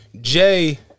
Jay